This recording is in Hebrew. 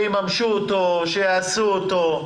שיממשו אותו, שיעשו אותו.